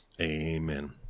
Amen